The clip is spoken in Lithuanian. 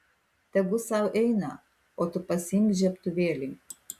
tegu sau eina o tu pasiimk žiebtuvėlį